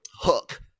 hook